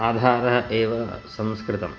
आधारः एव संस्कृतं